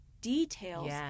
details